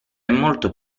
molto